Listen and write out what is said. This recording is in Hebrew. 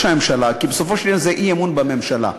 הממשלה" כי בסופו של עניין זה אי-אמון בממשלה.